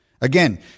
Again